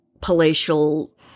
palatial